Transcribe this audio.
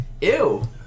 Ew